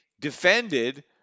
defended